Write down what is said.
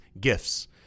Gifts